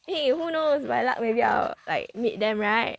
!hey! who knows by luck maybe I'll like meet them right